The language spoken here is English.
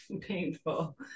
painful